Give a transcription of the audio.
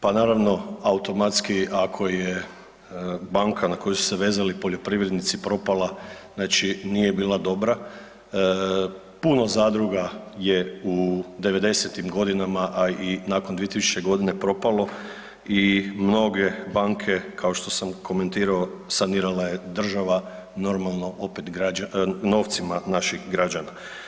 Pa naravno automatski ako je banka na koju se vezali poljoprivrednici propala znači nije bila dobra, puno zadruga je u '90.-tim godinama, a i nakon 2000. godine propalo i mnoge banke kao što sam komentirao sanirala je država normalno opet novcima naših građana.